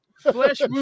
Flesh